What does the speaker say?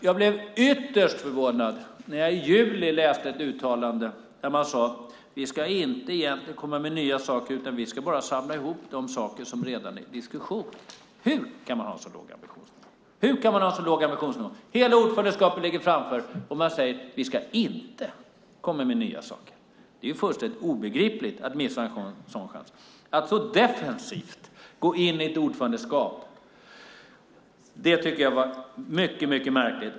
Jag blev ytterst förvånad när jag i juli läste ett uttalande där man sade: Vi ska egentligen inte komma med nya saker utan vi ska bara samla ihop de saker som redan är under diskussion. Hur kan man ha en så låg ambitionsnivå? Hela ordförandeskapet ligger framför och man säger: Vi ska inte komma med nya saker. Det är fullständigt obegripligt att missa en sådan chans. Att så defensivt gå in i ett ordförandeskap tycker jag var mycket märkligt.